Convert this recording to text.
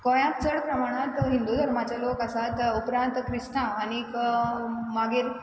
गोंयान चड प्रमाणांत हिंदू धर्माचे लोक आसात उपरांत क्रिस्तांव आनीक मागीर